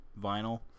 vinyl